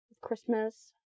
Christmas